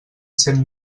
cent